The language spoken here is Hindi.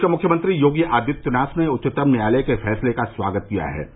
प्रदेश के मुख्यमंत्री योगी आदित्यनाथ ने उच्चतम न्यायालय के फैसले का स्वागत किया है